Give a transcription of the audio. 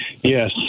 Yes